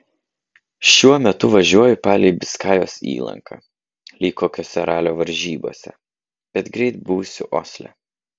šiuo metu važiuoju palei biskajos įlanką lyg kokiose ralio varžybose bet greit būsiu osle